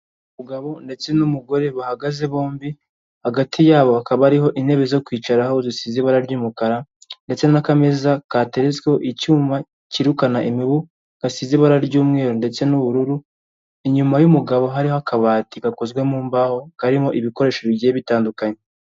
Umugabo ndetse n'umugore bahagaze bombi hagati yabo hakaba hariho intebe zo kwicara aho zisize ibara ry'umukara ndetse n'akameza kateretsweho icyuma kirukana imibu gasize ibara ry'umweru ndetse n'ubururu inyuma y'umugabo hariho akabati gakozwe mu mbaho karimo ibikoresho bigiye bitandukanye.